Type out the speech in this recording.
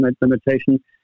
limitation